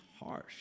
harsh